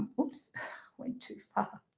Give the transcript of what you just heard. oops went too far,